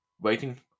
Waiting